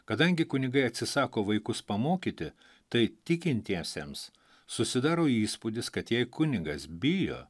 kadangi kunigai atsisako vaikus pamokyti tai tikintiesiems susidaro įspūdis kad jei kunigas bijo